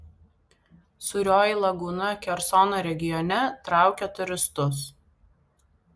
sūrioji lagūna kersono regione traukia turistus